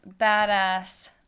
badass